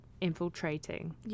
infiltrating